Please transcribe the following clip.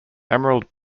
emerald